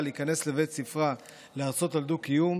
להיכנס לבית ספרה להרצות על דו-קיום,